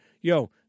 Yo